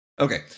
Okay